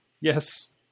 Yes